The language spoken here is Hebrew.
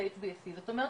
זאת אומרת,